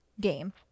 game